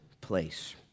place